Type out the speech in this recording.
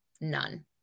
none